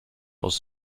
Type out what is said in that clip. aus